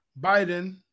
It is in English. Biden